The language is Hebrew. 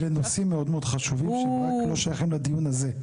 אלה נושאים מאוד מאוד חשובים שרק לא שייכים לדיון הזה.